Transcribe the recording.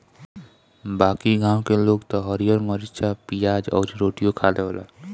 बाकी गांव के लोग त हरिहर मारीचा, पियाज अउरी रोटियो खा लेला